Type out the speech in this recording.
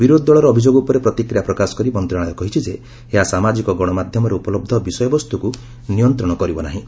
ବିରୋଧୀ ଦଳର ଅଭିଯୋଗ ଉପରେ ପ୍ରତିକ୍ରିୟା ପ୍ରକାଶ କରି ମନ୍ତ୍ରଣାଳୟ କହିଛି ଯେ ଏହା ସାମାଜିକ ଗଣମାଧ୍ୟମରେ ଉପଲବ୍ଧ ବିଷୟବସ୍ତୁକୁ ନିୟନ୍ତ୍ରଣ କରିବ ନାହିଁ